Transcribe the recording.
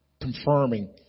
confirming